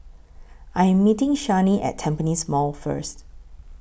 I Am meeting Shani At Tampines Mall First